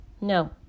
No